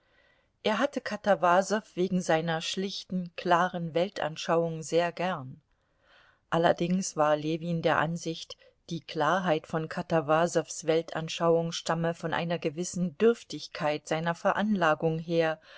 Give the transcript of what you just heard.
er hatte katawasow wegen seiner schlichten klaren weltanschauung sehr gern allerdings war ljewin der ansicht die klarheit von katawasows weltanschauung stamme von einer gewissen dürftigkeit seiner veranlagung her